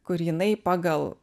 kur jinai pagal